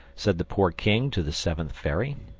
said the poor king to the seventh fairy.